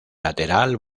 lateral